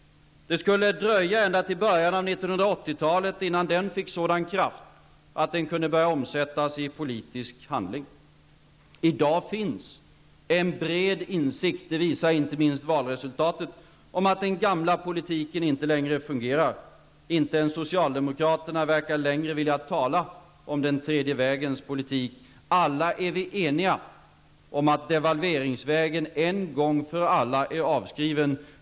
Det skulle dröja ända till början av 1980-talet innan den fick sådan kraft att den kunde börja omsättas i politisk handling. I dag finns en bred insikt -- det visar inte minst valresultatet -- om att den gamla politiken inte längre fungerar. Inte ens socialdemokraterna verkar längre vilja tala om den tredje vägens politik. Alla är vi eniga om att devalveringsvägen en gång för alla är stängd.